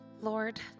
Lord